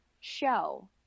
show